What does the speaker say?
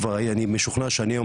אני כבר משוכנע שאני היום